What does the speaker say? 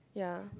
yeah